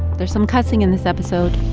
there's some cussing in this episode